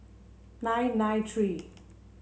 nine nine three